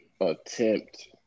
attempt